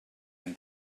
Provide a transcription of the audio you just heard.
hem